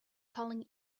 calling